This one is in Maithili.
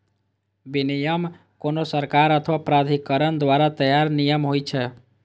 विनियम कोनो सरकार अथवा प्राधिकरण द्वारा तैयार नियम होइ छै